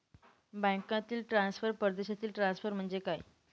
बँकांतील ट्रान्सफर, परदेशातील ट्रान्सफर म्हणजे काय?